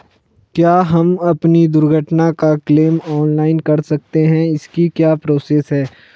क्या हम अपनी दुर्घटना का क्लेम ऑनलाइन कर सकते हैं इसकी क्या प्रोसेस है?